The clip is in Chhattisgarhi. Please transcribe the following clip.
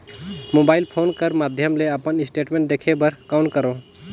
मोबाइल फोन कर माध्यम ले अपन स्टेटमेंट देखे बर कौन करों?